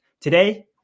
Today